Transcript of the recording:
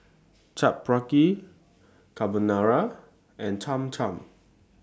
Chaat Papri Carbonara and Cham Cham